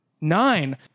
Nine